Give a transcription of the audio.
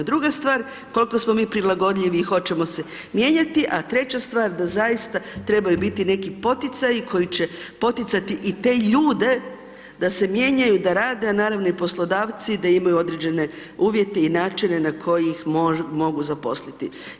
Druga stvar, koliko smo mi prilagodljivi i hoćemo se mijenjati, a treća stvar da zaista trebaju biti neki poticaji, koji će poticati i te ljude, da se mijenjaju, da rade, a naravno i poslodavci da imaju određene uvjete i načine na koji ih mogu zaposliti.